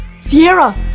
Sierra